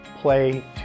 play